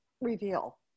Reveal